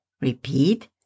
Repeat